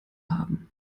haben